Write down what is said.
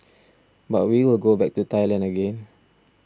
but we will go back to Thailand again